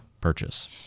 purchase